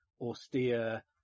austere